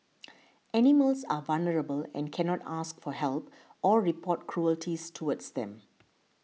animals are vulnerable and cannot ask for help or report cruelties towards them